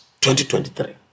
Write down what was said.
2023